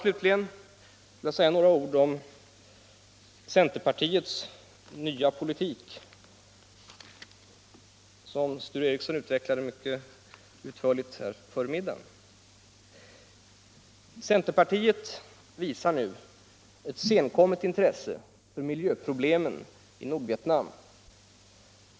Slutligen vill jag säga några ord om centerpartiets nya politik, som Sture Ericson i Örebro utförligt kritiserade före middagspausen. Centerpartiet visar nu ett senkommet intresse för miljöproblemen i Nordvietnam.